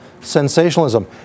sensationalism